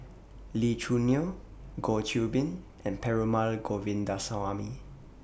Lee Choo Neo Goh Qiu Bin and Perumal Govindaswamy